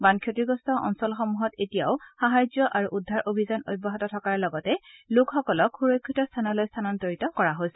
বান ক্ষতিগ্ৰস্ত অঞ্চলসমূহত এতিয়াও সাহাৰ্য আৰু উদ্ধাৰ অভিযান অব্যাহত থকাৰ লগতে লোকসকলকক সুৰক্ষিত স্থানলৈ স্থানান্তৰিত কৰা হৈছে